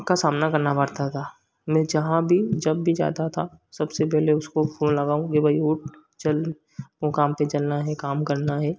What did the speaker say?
का सामना करना पड़ता था मैं जहाँ भी जब भी जाता था सबसे पहले उसको फ़ोन लगाऊँ ले भाई उठ चल काम पर चलना है काम करना है